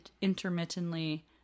intermittently